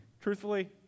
Truthfully